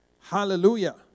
Hallelujah